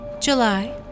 July